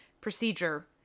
procedure